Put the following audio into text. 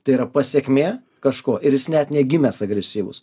tai yra pasekmė kažko ir jis net negimęs agresyvus